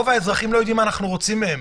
הרי רוב האזרחים לא יודעים מה אנחנו רוצים מהם,